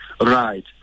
Right